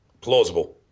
plausible